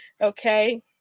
Okay